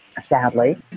sadly